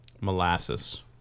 Molasses